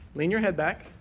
lean your head back.